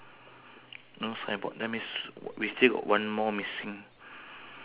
what dress she's wearing